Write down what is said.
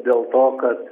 dėl to kad